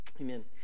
Amen